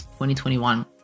2021